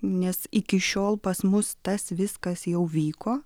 nes iki šiol pas mus tas viskas jau vyko